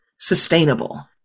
sustainable